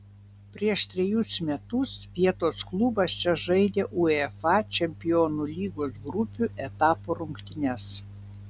prieš trejus metus vietos klubas čia žaidė uefa čempionų lygos grupių etapo rungtynes